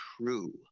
true